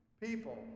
People